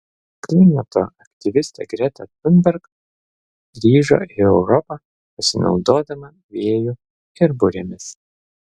klimato aktyvistė greta thunberg grįžo į europą pasinaudodama vėju ir burėmis